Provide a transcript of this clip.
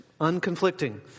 unconflicting